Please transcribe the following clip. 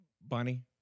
Bonnie